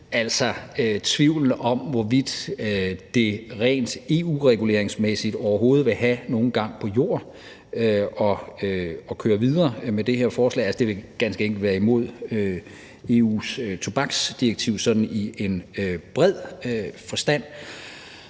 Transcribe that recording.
nemlig tvivlen om, hvorvidt det rent EU-reguleringsmæssigt overhovedet vil have nogen gang på jord at køre videre med det her forslag. Altså, det vil ganske enkelt være imod EU's tobaksdirektiv i bred forstand.